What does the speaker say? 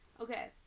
Okay